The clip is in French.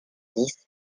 dix